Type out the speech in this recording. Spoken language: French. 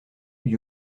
lui